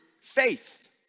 faith